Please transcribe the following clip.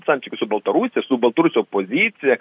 santykių su baltarusija su baltarusių opozicija